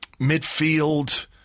Midfield